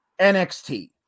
NXT